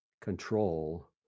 control